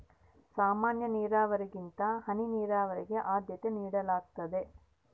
ಸಾಮಾನ್ಯ ನೇರಾವರಿಗಿಂತ ಹನಿ ನೇರಾವರಿಗೆ ಆದ್ಯತೆ ನೇಡಲಾಗ್ತದ